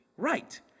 Right